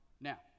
Now